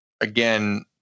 again